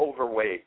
overweight